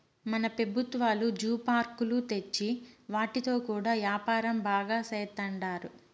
మన పెబుత్వాలు జూ పార్కులు తెచ్చి వాటితో కూడా యాపారం బాగా సేత్తండారు